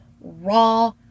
raw